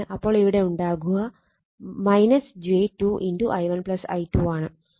അപ്പോൾ ഇവിടെ ഉണ്ടാവുക j 2 i1 i2 ആണ്